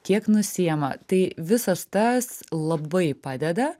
kiek nusiima tai visas tas labai padeda